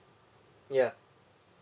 ya